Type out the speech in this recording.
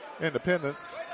Independence